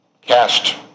cast